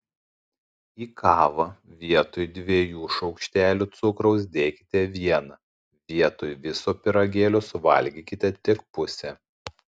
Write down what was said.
į kavą vietoj dviejų šaukštelių cukraus dėkite vieną vietoj viso pyragėlio suvalgykite tik pusę